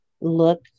look